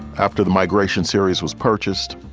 after the migration series was purchased,